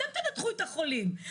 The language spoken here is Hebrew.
אתם תנתחו את החולים.